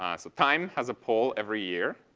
um so time has a poll every year.